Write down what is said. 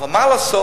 אבל מה לעשות,